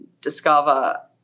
discover